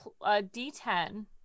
d10